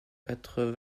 quatre